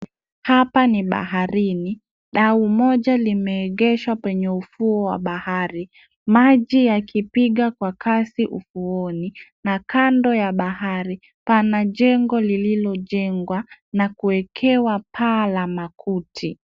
Hapa ni baharini .Dau moja limeegeshwa kwenye ufuo wa bahari maji yakipiga kwa kasi ufuoni na kando ya bahari pana jengo lililojengwa na kuwekewa paa la makuti.